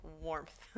warmth